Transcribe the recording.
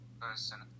person